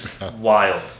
wild